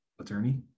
attorney